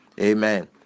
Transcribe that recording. Amen